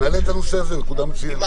נעלה את הנושא הזה, נקודה מצוינת.